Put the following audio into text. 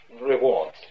Rewards